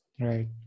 right